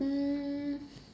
um